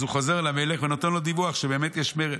אז הוא חוזר למלך ונותן לו דיווח שבאמת יש מרד.